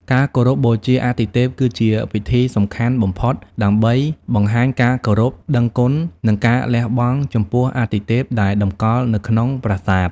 ការគោរពបូជាអាទិទេពគឺជាពិធីសំខាន់បំផុតដើម្បីបង្ហាញការគោរពដឹងគុណ និងការលះបង់ចំពោះអាទិទេពដែលតម្កល់នៅក្នុងប្រាសាទ។